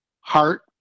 heart